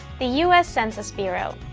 the u s. census bureau.